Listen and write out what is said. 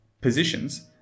positions